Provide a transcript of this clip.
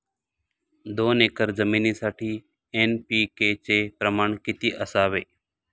दोन एकर जमिनीसाठी एन.पी.के चे प्रमाण किती असावे?